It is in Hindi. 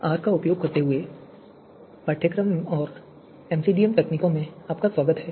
आर का उपयोग करते हुए पाठ्यक्रम और एमसीडीएम तकनीकों में आपका स्वागत है